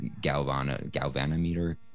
galvanometer